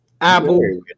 Apple